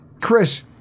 Chris